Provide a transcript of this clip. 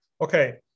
Okay